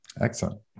Excellent